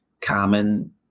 common